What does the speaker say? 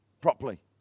properly